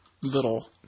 little